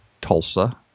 Tulsa